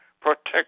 protect